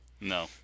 No